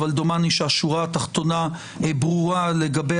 אבל דומני שהשורה התחתונה ברורה לגבי